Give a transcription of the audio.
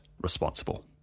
responsible